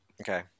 Okay